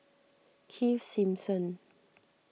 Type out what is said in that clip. Keith Simmons